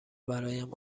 برایم